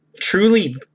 Truly